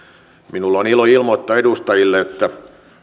minulla on ilo ilmoittaa edustajille että